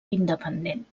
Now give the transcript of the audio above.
independent